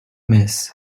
miss